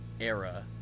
era